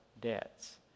debts